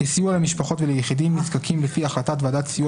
כסיוע למשפחות וליחידים נזקקים לפי החלטת ועדת סיוע